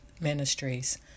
Ministries